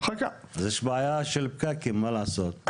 יש בעיה של פקקים, מה לעשות.